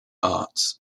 arts